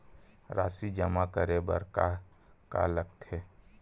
राशि जमा करे बर का का लगथे?